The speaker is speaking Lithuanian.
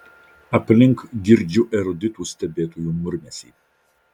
aplink girdžiu eruditų stebėtojų murmesį